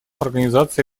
организации